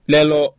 Lelo